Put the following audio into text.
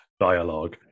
dialogue